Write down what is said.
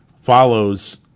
follows